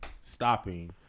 stopping